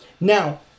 Now